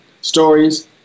stories